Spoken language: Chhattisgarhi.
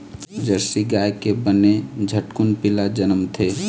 जरसी गाय के बने झटकुन पिला जनमथे